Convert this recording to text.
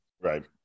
Right